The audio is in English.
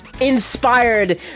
inspired